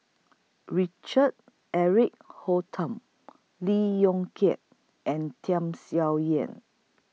Richard Eric Holttum Lee Yong Kiat and Tham Sien Yen